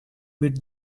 with